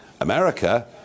America